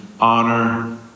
honor